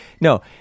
no